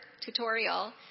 tutorial